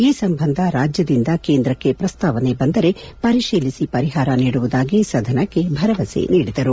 ಈ ಸಂಬಂಧ ರಾಜ್ಯದಿಂದ ಕೇಂದ್ರಕ್ಕೆ ಪ್ರಸ್ತಾವನೆ ಬಂದರೆ ಪರಿಶೀಲಿಸಿ ಪರಿಹಾರ ನೀಡುವುದಾಗಿ ಸದನಕ್ಕೆ ಭರವಸೆ ನೀಡಿದರು